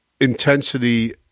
intensity